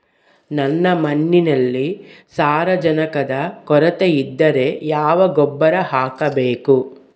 ನನ್ನ ಮಣ್ಣಿನಲ್ಲಿ ಸಾರಜನಕದ ಕೊರತೆ ಇದ್ದರೆ ಯಾವ ಗೊಬ್ಬರ ಹಾಕಬೇಕು?